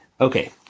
okay